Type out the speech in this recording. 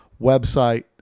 website